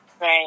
Right